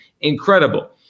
incredible